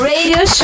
Radio